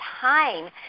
time